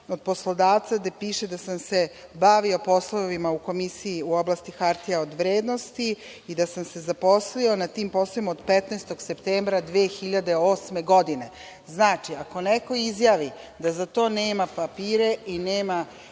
od poslodavca, gde piše da sam se bavio poslovima u Komisiji u oblasti hartija od vrednosti i da sam se zaposlio na tim poslovima od 15. septembra 2008. godine“. Znači, ako neko izjavi da za to nema papire i nema